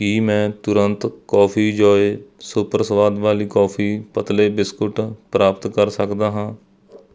ਕੀ ਮੈਂ ਤੁਰੰਤ coffee Joy super ਸਵਾਦ ਵਾਲੀ ਕੌਫੀ ਪਤਲੇ ਬਿਸਕੁਟ ਪ੍ਰਾਪਤ ਕਰ ਸਕਦਾ ਹਾਂ